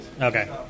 Okay